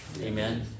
amen